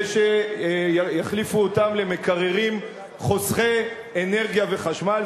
שיחליפו אותם למקררים חוסכי אנרגיה וחשמל.